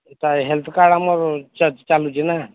ଏଇଟା health card ଆମର ଚାଲୁଛି ନା